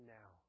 now